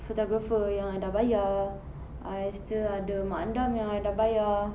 photographer yang dah bayar I still ada mak andam yang dah bayar